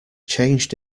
changed